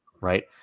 right